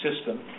system